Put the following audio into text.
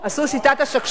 שיטת השקשוקה,